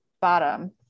bottom